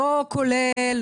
לא כולל,